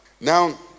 Now